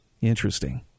Interesting